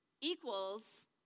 equals